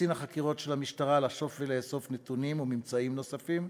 וקצין החקירות של המשטרה לשוב ולאסוף נתונים וממצאים נוספים.